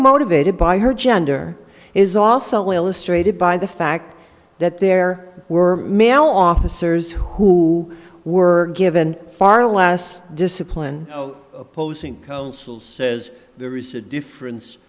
motivated by her gender is also illustrated by the fact that there were male officers who were given far less discipline posing as there is a difference